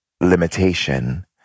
limitation